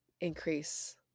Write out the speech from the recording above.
increase